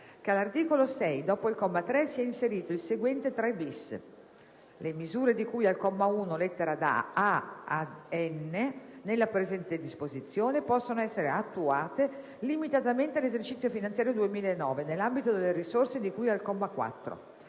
che all'articolo 6, dopo il comma 3, sia inserito il seguente 3-*bis:* «Le misure di cui al comma 1, lettera da *a)* ad *n)* della presente disposizione, possano essere attuate limitatamente all'esercizio finanziario 2009, nell'ambito delle risorse di cui al comma 4»;